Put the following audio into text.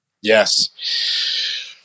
Yes